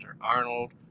Arnold